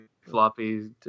floppy